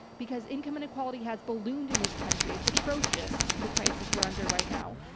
because income inequality has ballooned in this country. it's atrocious, the crisis we're under right now.